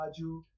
baju